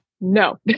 no